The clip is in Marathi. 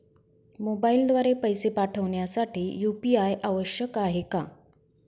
मोबाईलद्वारे पैसे पाठवण्यासाठी यू.पी.आय आवश्यक आहे का?